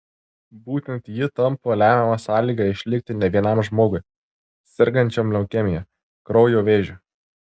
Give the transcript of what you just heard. būtent ji tampa lemiama sąlyga išlikti ne vienam žmogui sergančiam leukemija kraujo vėžiu